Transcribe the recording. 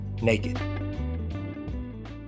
naked